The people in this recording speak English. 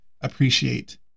appreciate